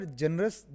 generous